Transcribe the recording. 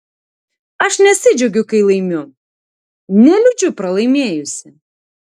aš nesidžiaugiu kai laimiu neliūdžiu pralaimėjusi